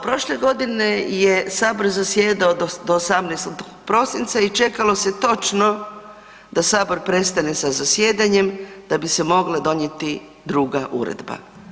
Prošle je godine Sabor zasjedao do 18. prosinca i čekalo se točno da Sabor prestane za zasjedanjem da bi se mogle donijeti druga uredba.